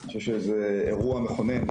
אני חושב שזה אירוע מכונן,